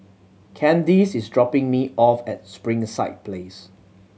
Candyce is dropping me off at Springside Place